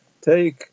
take